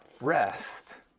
rest